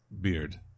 beard